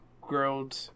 grilled